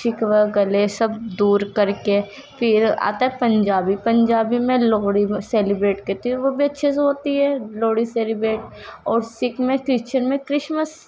شکوہ گلے سب دور کر کے پھر آتا پنجابی پنجابی میں لوہڑی سیلیبریٹ کرتی ہیں اور وہ بھی اچّھے سے ہوتی ہے لوہڑی سیلیبریٹ اور سکھ میں کرشچن میں کرشمس